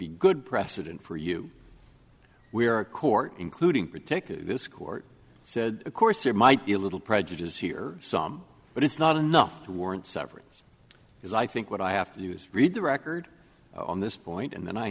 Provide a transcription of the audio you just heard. a good precedent for you we are a court including particularly this court said of course there might be a little prejudice here some but it's not enough to warrant severance because i think what i have to use read the record on this point and then i